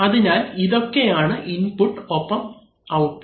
അതിനാൽ ഇതൊക്കെയാണ് ഇൻപുട്ട് ഒപ്പം ഔട്ട്പുട്ട്